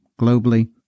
globally